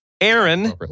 Aaron